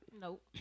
Nope